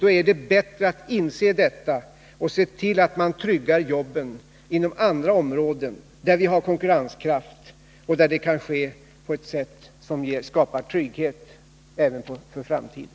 Då är det bättre att inse detta och se till att man tryggar jobben inom andra områden, där vi har konkurrenskraft. Det kan ge trygghet även för framtiden.